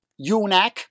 UNAC